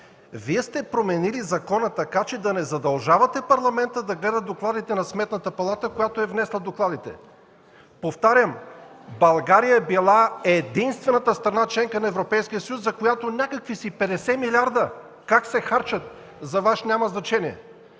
Вие сте променили закона така, че да не задължавате Парламента да гледа докладите на Сметната палата, която ги е внесла. Повтарям, България е била единствената страна – членка на Европейския съюз, за която как се харчат някакви си 50 милиарда, за Вас няма значение.